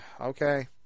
Okay